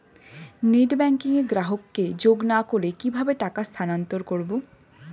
Net banking এ গ্রাহককে যোগ না করে কিভাবে টাকা স্থানান্তর করব?